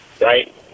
right